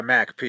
Mac